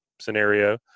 scenario